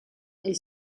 est